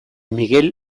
miguel